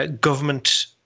government